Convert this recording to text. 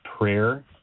prayer